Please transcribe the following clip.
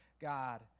God